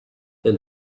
then